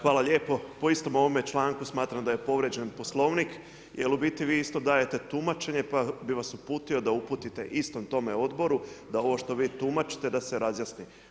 Hvala lijepo, po istom ovome članku smatram da je povrijeđen Poslovnik, jer u biti vi isto dajte tumačenje, pa bi vas uputio da uputite istom tome odboru, da ovo što vi tumačite, da se razjasni.